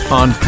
on